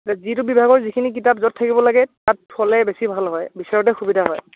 যিটো বিভাগৰ যোনখিনি কিতাপ য'ত থাকিব লাগে তাত থলে বেছি ভাল হয় বিচাৰোতে সুবিধা হয়